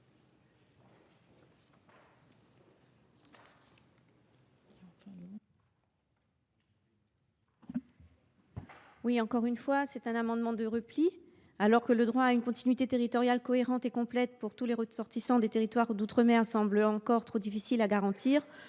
Naminzo. Il s’agit d’un amendement de repli. Alors que le droit à une continuité territoriale cohérente et complète pour tous les ressortissants des territoires d’outre mer semble encore trop difficile à garantir,